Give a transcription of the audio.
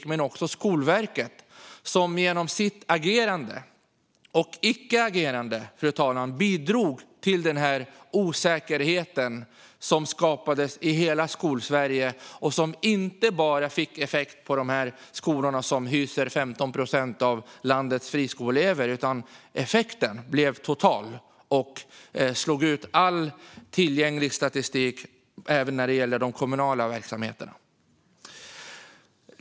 Men det gör också Skolverket, som genom sitt agerande - och icke-agerande, fru talman - bidrog till osäkerheten som skapades i hela Skolsverige. Det fick inte bara effekt på de friskolor som hyser 15 procent av landets grundskoleelever, utan effekten blev total och slog ut all tillgänglig statistik även när det gäller de kommunala verksamheterna.